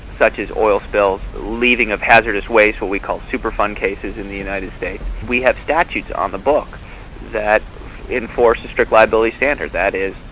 such as oil spills, leaving of hazardous waste, what we call super fund cases in the united states, we have statutes on the book that enforce strict liability standards, that is,